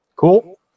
Cool